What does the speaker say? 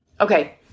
Okay